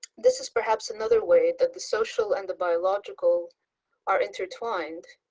this is perhaps another way that the social and biological are intertwined